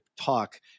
talk